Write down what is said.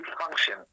function